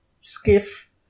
skiff